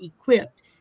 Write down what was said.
equipped